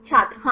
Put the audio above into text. छात्र हाँ